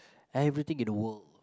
everything in the world